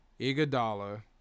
Igadala